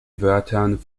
wörtern